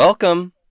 Welcome